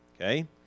okay